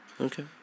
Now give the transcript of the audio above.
Okay